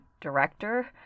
director